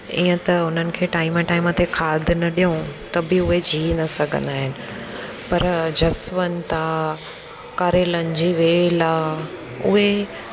ईअं त उन्हनि खे टाइम टाइम ते खाद न ॾियूं त बि उहे जीउ न सघंदा आहिनि पर जसवंत आहे करेलनि जी वेल आहे उहे